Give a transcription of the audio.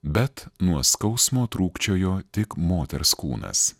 bet nuo skausmo trūkčiojo tik moters kūnas